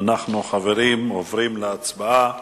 אנחנו עוברים להצבעה